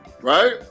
Right